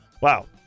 Wow